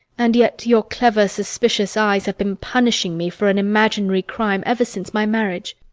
and yet your clever, suspicious eyes have been punishing me for an imaginary crime ever since my marriage.